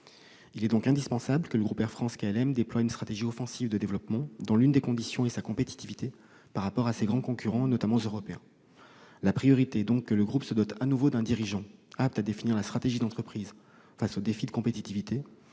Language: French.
Il est donc indispensable que le groupe Air France-KLM déploie une stratégie offensive de développement, l'un des leviers étant la compétitivité par rapport à ses grands concurrents, notamment européens. La priorité est donc que le groupe se dote à nouveau d'un dirigeant apte à définir la stratégie d'entreprise face aux défis de compétitivité